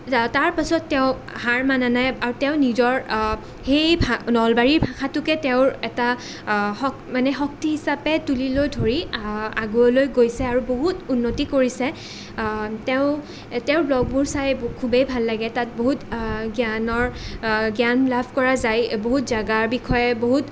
তাৰ পাছত তেওঁ সাৰ মনা নাই আৰু তেওঁ নিজৰ সেই ভা নলবাৰী ভাষাটোকে তেওঁৰ এটা মানে শক্তি হিচাপে তুলি লৈ ধৰি আগলৈ গৈছে আৰু বহুত উন্নতি কৰিছে তেওঁ তেওঁৰ ব্ল'গবোৰ চাই খুবেই ভাল লাগে তাত বহুত জ্ঞানৰ জ্ঞান লাভ কৰা যায় বহুত জেগাৰ বিষয়ে বহুত